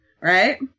right